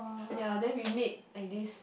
ya then we made I_Ds